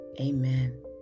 Amen